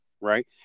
Right